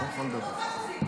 מה אכפת לך?